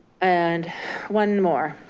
and one more,